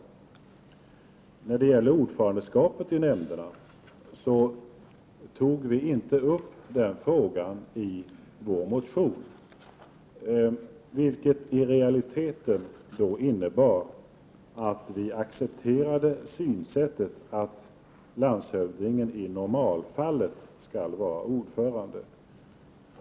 Vi tog inte upp frågan om ordförandeskapet i nämnderna i vår motion, vilket i realiteten innebar att vi accepterade synsättet att landshövdingen i normalfallet skall vara ordförande.